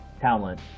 talent